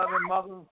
mother